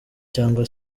cyangwa